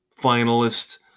finalist